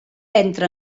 entra